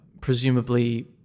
presumably